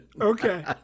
Okay